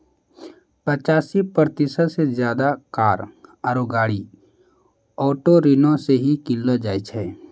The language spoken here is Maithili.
पचासी प्रतिशत से ज्यादे कार आरु गाड़ी ऑटो ऋणो से ही किनलो जाय छै